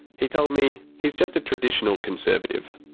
he told me he's just a traditional conservative.